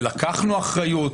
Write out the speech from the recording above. ולקחנו אחריות,